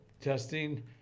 testing